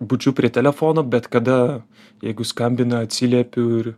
budžiu prie telefono bet kada jeigu skambina atsiliepiu ir